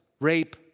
rape